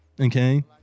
Okay